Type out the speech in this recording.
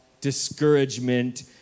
discouragement